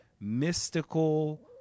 mystical